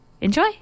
Enjoy